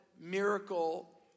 miracle